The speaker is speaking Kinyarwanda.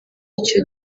icyo